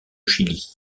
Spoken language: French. chili